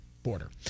border